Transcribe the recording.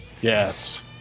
Yes